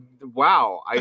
wow